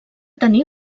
tenir